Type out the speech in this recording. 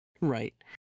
right